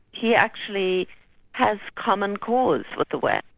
he actually has common cause with the west.